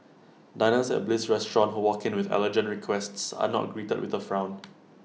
diners at bliss restaurant who walk in with allergen requests are not greeted with A frown